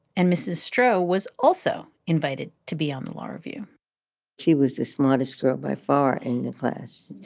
and mrs. stroh was also invited to be on the law review she was this modest girl by far in the class.